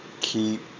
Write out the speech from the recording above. Keep